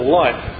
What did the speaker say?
life